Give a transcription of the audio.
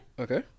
okay